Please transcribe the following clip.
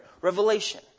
Revelation